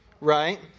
right